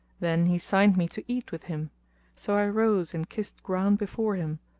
then he signed me to eat with him so i rose and kissed ground before him,